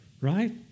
right